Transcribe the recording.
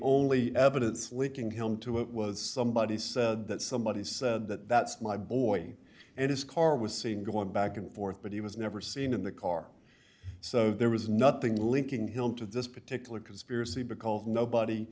only evidence linking him to it was somebody said that somebody said that that's my boy and his car was seen going back and forth but he was never seen in the car so there was nothing linking him to this particular conspiracy because nobody